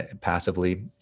passively